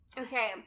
Okay